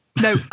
no